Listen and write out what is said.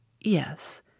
Yes